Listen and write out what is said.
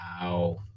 Wow